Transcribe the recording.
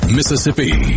Mississippi